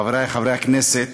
חברי חברי הכנסת,